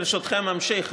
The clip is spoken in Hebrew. ברשותכם, אני אמשיך.